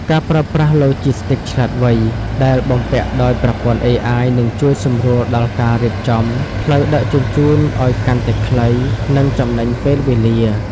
ការប្រើប្រាស់ "ឡូជីស្ទីកឆ្លាតវៃ" ដែលបំពាក់ដោយប្រព័ន្ធ AI នឹងជួយសម្រួលដល់ការរៀបចំផ្លូវដឹកជញ្ជូនឱ្យកាន់តែខ្លី និងចំណេញពេលវេលា។